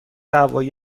هوایی